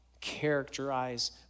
characterize